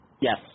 Yes